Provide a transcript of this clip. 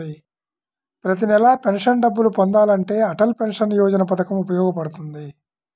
ప్రతి నెలా పెన్షన్ డబ్బులు పొందాలంటే అటల్ పెన్షన్ యోజన పథకం ఉపయోగపడుతుంది